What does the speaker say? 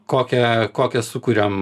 kokią kokią sukuriam